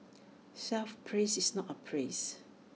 self praise is not A praise